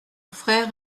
frère